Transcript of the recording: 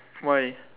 why